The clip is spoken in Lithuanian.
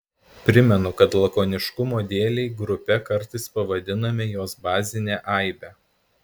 primenu kad lakoniškumo dėlei grupe kartais pavadiname jos bazinę aibę